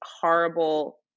horrible